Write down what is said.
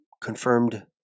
confirmed